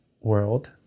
world